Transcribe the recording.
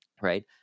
right